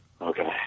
Okay